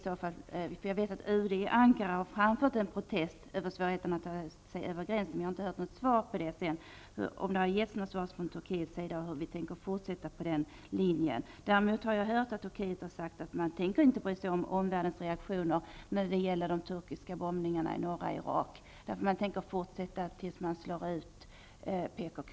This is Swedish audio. Jag vet att man från UD i Ankara har framfört en protest när det gäller svårigheten att ta sig över gränsen, men jag har inte hört om man har fått något svar på denna protest och om Sverige kommer att fortsätta på denna linje. Däremot har jag hört att man från Turkiets sida har sagt att man inte tänker bry sig om omvärldens reaktioner när det gäller de turkiska bombningarna i norra Irak. Man har sagt att man tänker fortsätta med detta tills man har slagit ut PKK.